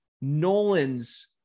Nolan's